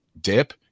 dip